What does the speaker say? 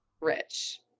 rich